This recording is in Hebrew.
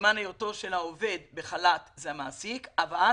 בזמן היותו של העובד בחל"ת, זה המעסיק, אבל